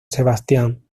sebastián